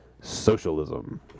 socialism